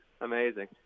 amazing